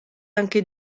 anche